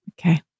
Okay